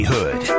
Hood